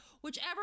whichever